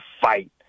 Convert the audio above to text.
fight